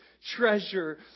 treasure